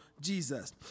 Jesus